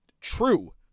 true